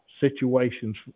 situations